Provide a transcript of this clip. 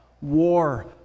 War